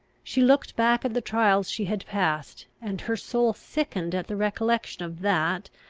she looked back at the trials she had passed, and her soul sickened at the recollection of that,